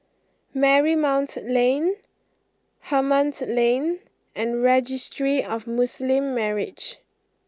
Marymount Lane Hemmant Lane and Registry of Muslim Marriages